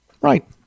Right